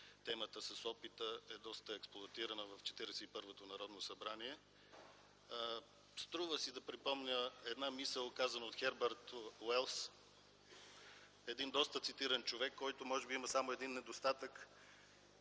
Темата с опита е доста експлоатирана в Четиридесет и първото Народно събрание. Струва си да припомня една мисъл, казана от Хърбърт Уелс – един доста цитиран човек, който може би има само един недостатък,